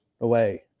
away